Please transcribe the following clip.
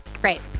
Great